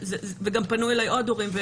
וגם פנו אליי עוד הורים,